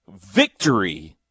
victory